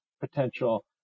potential